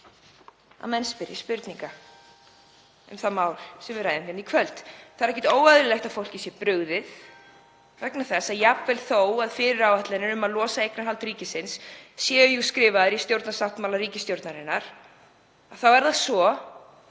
að menn spyrji spurninga um það mál sem við ræðum hér í kvöld. Það er ekkert óeðlilegt að fólki sé brugðið vegna þess að jafnvel þó að áætlanir um að losa eignarhald ríkisins séu skrifaðar í stjórnarsáttmála ríkisstjórnarinnar þá er það svo